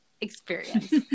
experience